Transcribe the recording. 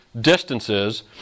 distances